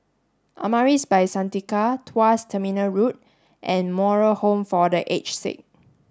Amaris By Santika Tuas Terminal Road and Moral Home for The Aged Sick